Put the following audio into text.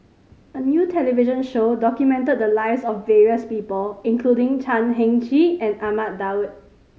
a new television show documented the lives of various people including Chan Heng Chee and Ahmad Daud